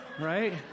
Right